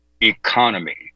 economy